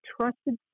trusted